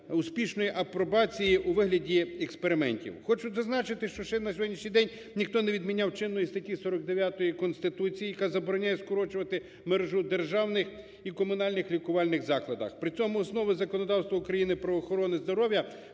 успішної апробації у вигляді експериментів. Хочу зазначити, що ще на сьогоднішній день ніхто не відміняв чинної статті 49 Конституції, яка забороняє скорочувати мережу державних і комунальних лікувальних заклади. При цьому знову законодавство України про охорону здоров'я